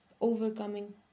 overcoming